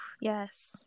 yes